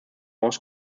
north